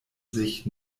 sich